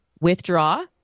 withdraw